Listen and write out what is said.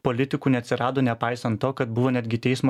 politikų neatsirado nepaisant to kad buvo netgi teismo